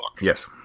Yes